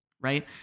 right